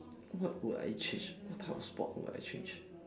what would I change what type of sport would I change